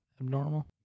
Abnormal